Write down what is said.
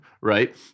right